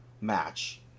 match